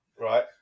right